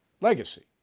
legacy